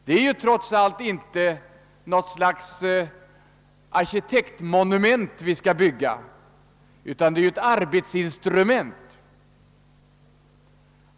Det är ju trots allt inte något slags arkitektmonument vi skall bygga, utan ett arbetsinstrument.